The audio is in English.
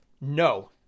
no